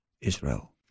Israel